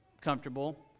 comfortable